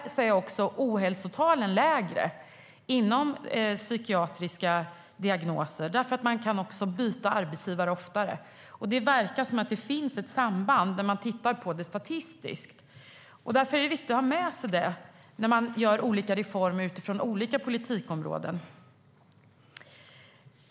Där är också ohälsotalen gällande psykiatriska diagnoser lägre, för man kan byta arbetsgivare oftare. Det verkar som om det finns ett samband när man tittar på det statistiskt. Det är viktigt att ha med sig detta när man gör reformer utifrån olika politikområden.